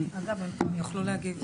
אגב, הם פה, הם יוכלו להגיב.